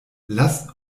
lasst